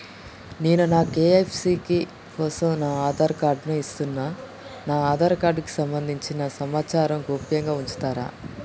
నేను నా కే.వై.సీ కోసం నా ఆధార్ కార్డు ను ఇస్తున్నా నా ఆధార్ కార్డుకు సంబంధించిన సమాచారంను గోప్యంగా ఉంచుతరా?